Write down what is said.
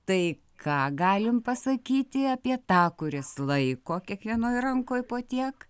tai ką galim pasakyti apie tą kuris laiko kiekvienoje rankoje po tiek